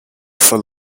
before